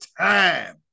time